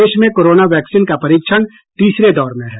देश में corona vaccine का परीक्षण तीसरे दौर में है